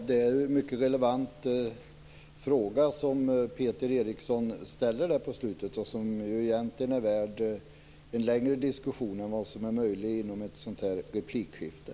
Herr talman! Peter Eriksson ställde en mycket relevant fråga i slutet av sin replik. Egentligen är den värd en längre diskussion än som är möjligt inom ramen för ett sådant här replikskifte.